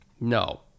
no